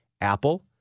Apple